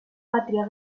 patria